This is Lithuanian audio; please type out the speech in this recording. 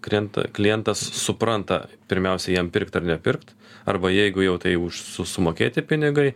krinta klientas supranta pirmiausia jam pirkt ar nepirkt arba jeigu jau tai už su sumokėti pinigai